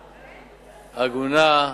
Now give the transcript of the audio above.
הגונה,